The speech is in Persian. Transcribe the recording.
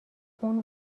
اون